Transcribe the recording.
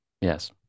yes